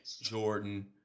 Jordan